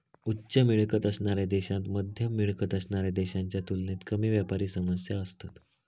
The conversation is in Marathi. उच्च मिळकत असणाऱ्या देशांत मध्यम मिळकत असणाऱ्या देशांच्या तुलनेत कमी व्यापारी समस्या असतत